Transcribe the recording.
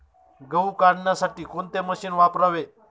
गहू काढण्यासाठी कोणते मशीन वापरावे?